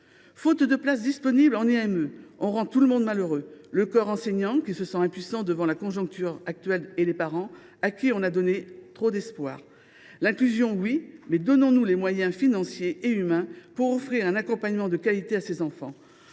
institut médico éducatif (IME), on rend tout le monde malheureux : le corps enseignant, qui se sent impuissant devant la situation actuelle, et les parents, à qui on a donné trop d’espoir. L’inclusion, oui ! Mais donnons nous les moyens financiers et humains d’offrir un accompagnement de qualité à ces enfants